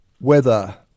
weather